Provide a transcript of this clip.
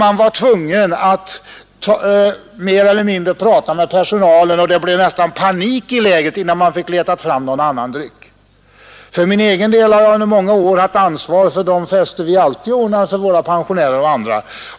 Man har varit tvungen att prata med serveringspersonalen för att få något alkoholfritt, och det har nästan blivit panik i lägret innan man fått fram någon annan dryck. För min egen del har jag under många år haft ansvaret för de fester vi ordnar för våra pensionärer och andra.